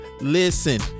listen